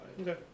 Okay